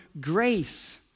grace